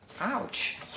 ouch